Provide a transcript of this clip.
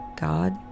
God